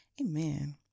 Amen